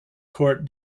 court